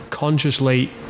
Consciously